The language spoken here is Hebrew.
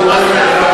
תיקח של מרב.